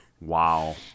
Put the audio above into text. Wow